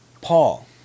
Paul